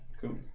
Cool